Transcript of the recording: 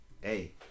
hey